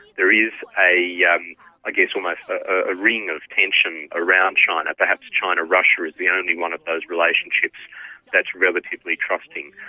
there is i yeah ah guess almost a ring of tension around china. perhaps china-russia is the only one of those relationships that is relatively trusting.